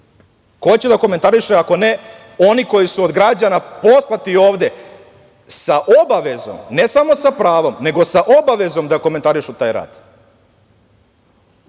Ko će da komentariše ako ne oni koji su od građana poslati ovde sa obavezom, ne samo sa pravom, nego sa obavezom da komentarišu taj